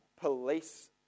police